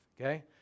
okay